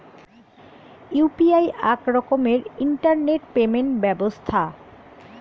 UPI আক রকমের internet payment ব্যবছথা